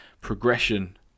progression